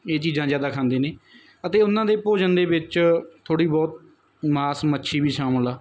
ਇਹ ਚੀਜ਼ਾਂ ਜ਼ਿਆਦਾ ਖਾਂਦੇ ਨੇ ਅਤੇ ਉਹਨਾਂ ਦੇ ਭੋਜਨ ਦੇ ਵਿੱਚ ਥੋੜ੍ਹੀ ਬਹੁਤ ਮਾਸ ਮੱਛੀ ਵੀ ਸ਼ਾਮਿਲ ਆ